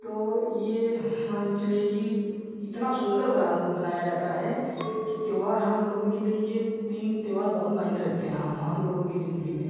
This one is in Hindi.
तो यह मानकर चलिए कि इतना सुन्दर बना बनाया जाता है कि त्योहार हमलोगों के लिए यह तीन त्योहार बहुत मायने रखते हैं हमलोगों की ज़िन्दगी में